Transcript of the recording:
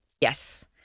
Yes